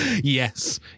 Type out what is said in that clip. Yes